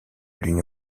l’union